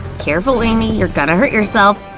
careful, amy, you're gonna hurt yourself!